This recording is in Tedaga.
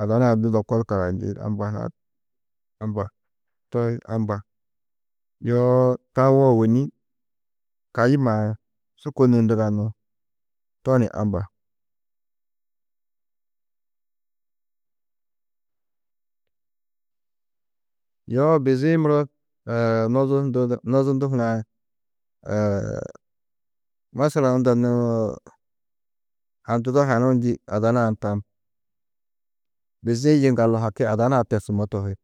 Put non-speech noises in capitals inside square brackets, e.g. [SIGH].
Ada nuã du lokol karayindi, amba hunã, amba, toi amba, yoo tawo ôwonni kayi maĩ, su kônuũ ndugani, to ni amba. Yo bizi-ĩ muro [HESITATION] nozundu, nozundu hunã [HESITATION] masalan unda nû, handudo hanuũ njî ada nuã ni tam, bizi-ĩ yiŋgaldu haki, ada nuã tersummó tohi,